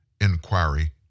Inquiry